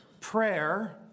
prayer